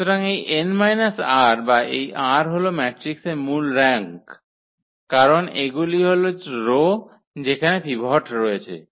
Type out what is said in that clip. সুতরাং এই n - r বা এই r হল ম্যাট্রিক্সের মূলত র্যাঙ্ক কারণ এগুলি হল রো যেখানে পিভট রয়েছে